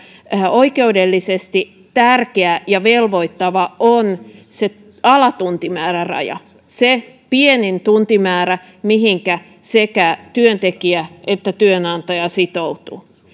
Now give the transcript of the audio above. oikeudellisesti tärkeä ja velvoittava on se alatuntimääräraja se pienin tuntimäärä mihinkä sekä työntekijä että työnantaja sitoutuvat